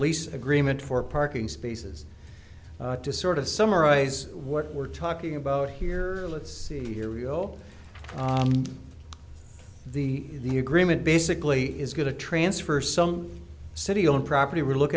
lease agreement for parking spaces to sort of summarize what we're talking about here let's see here real the agreement basically is going to transfer some city owned property relook